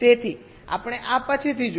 તેથી આપણે આ પછીથી જોઈશું